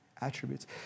attributes